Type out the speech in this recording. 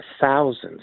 thousands